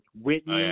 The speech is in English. Whitney